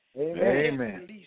Amen